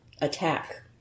attack